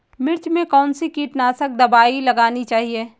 मिर्च में कौन सी कीटनाशक दबाई लगानी चाहिए?